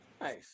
Nice